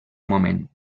moment